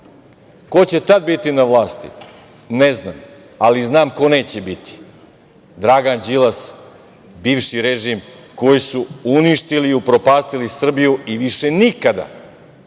Ko će tada biti na vlasti, ne znam, ali znam ko neće biti, Dragan Đilas, bivši režim, koji su uništili i upropastili Srbiju i više nikada